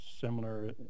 similar